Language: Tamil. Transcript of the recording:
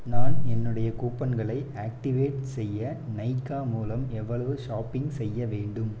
நான் என்னுடைய கூப்பன்களை ஆக்டிவேட் செய்ய நைகா மூலம் எவ்வளவு ஷாப்பிங் செய்ய வேண்டும்